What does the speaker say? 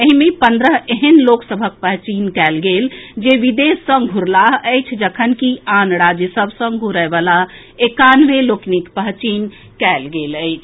एहि मे पन्द्रह एहेन लोक सभक पहचान कएल गेल जे विदेश सँ घूरलाह अछि जखनकि आन राज्य सभ सँ घूरए वला एकानवे लोकनिक पहचान कएल गेल अछि